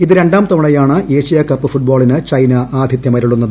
ഇത് ര ാം തവണയാണ് ഏഷ്യാകപ്പ് ഫുട്ബോളിന് ചൈന ആതിഥ്യമരുളുന്നത്